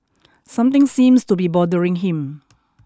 something seems to be bothering him